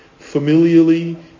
familially